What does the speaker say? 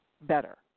better